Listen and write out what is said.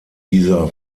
dieser